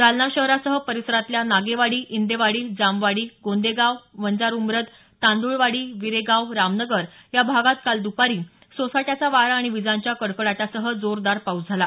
जालना शहरासह परिसरातल्या नागेवाडी इंदेवाडी जामवाडी गोंदेगाव वंजारउम्रद तांदळवाडी विरेगाव रामनगर या भागात काल दपारी सोसाट्याचा वारा आणि विजांच्या कडकडाटासह जोरदार पाऊस झाला